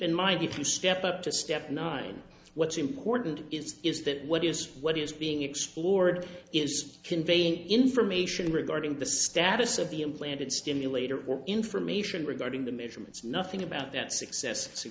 in mind if you step up to step nine what's important is is that what is what is being explored is conveying information regarding the status of the implanted stimulator information regarding the measurements nothing about that